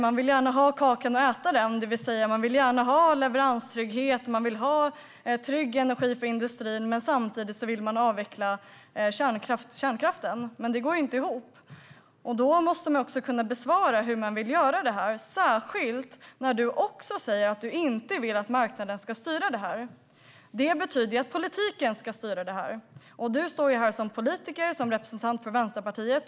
Man vill gärna ha kakan och äta den, det vill säga man vill gärna ha leveranstrygghet för industrin, men samtidigt vill man avveckla kärnkraften. Det går inte ihop, och då måste man också kunna svara på frågan hur man vill göra det här, särskilt när Birger Lahti också säger att han inte vill att marknaden ska styra. Det betyder att politiken ska styra, och Birger Lahti står här som representant för Vänsterpartiet.